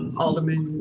alderman